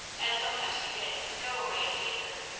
as sometimes he did, go away and leave her,